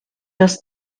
dass